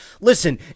listen